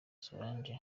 solange